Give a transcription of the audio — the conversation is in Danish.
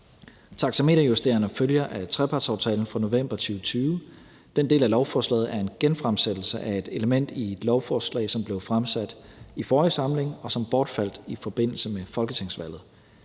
Taxameterjusteringerne følger af trepartsaftalen fra november 2020. Den del af lovforslaget er en genfremsættelse af et element i et lovforslag, som blev fremsat i forrige samling, og som bortfaldt i forbindelse med folketingsvalget.